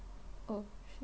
oh should